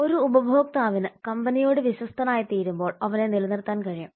ഒരു ഉപഭോക്താവിന് കമ്പനിയോട് വിശ്വസ്തനായിത്തീരുമ്പോൾ അവനെ നിലനിർത്താൻ കഴിയും